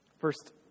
First